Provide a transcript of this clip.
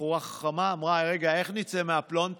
בחורה חכמה, אמרה: רגע, איך נצא מהפלונטר?